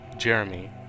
Jeremy